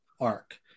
arc